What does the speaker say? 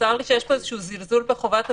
שיש פה איזשהו זלזול בחובת הבידוד,